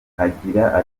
agira